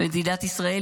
מדינת ישראל,